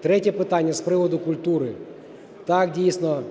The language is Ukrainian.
Третє питання, з приводу культури. Так, дійсно,